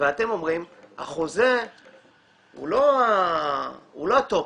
ואתם אומרים שהחוזה הוא לא הטופ,